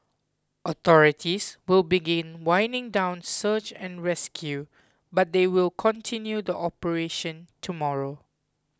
authorities will begin winding down search and rescue but they will continue the operation tomorrow